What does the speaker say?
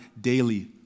daily